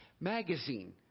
magazine